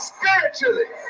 Spiritually